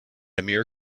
amir